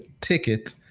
ticket